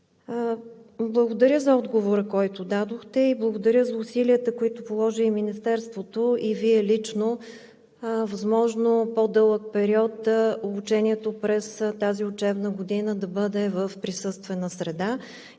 Благодаря за отговора, който дадохте. Благодаря за усилията, които положи и Министерството, и Вие лично, възможно по-дълъг период обучението през тази учебна година да бъде в присъствена среда.